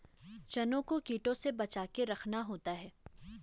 चनों को कीटों से बचाके रखना होता है